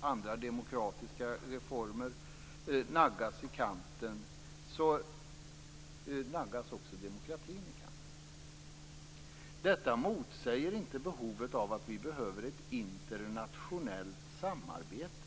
andra demokratiska reformer naggas i kanten naggas också demokratin i kanten. Detta motsäger inte behovet av att vi behöver ett internationellt samarbete.